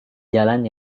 jalan